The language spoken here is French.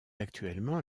actuellement